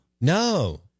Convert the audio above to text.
No